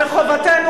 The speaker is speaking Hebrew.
מחובתנו,